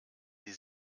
die